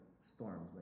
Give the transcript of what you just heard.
storms